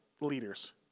leaders